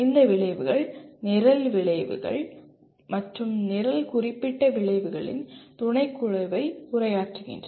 இந்த விளைவுகள் நிரல் விளைவுகள் மற்றும் நிரல் குறிப்பிட்ட விளைவுகளின் துணைக்குழுவை உரையாற்றுகின்றன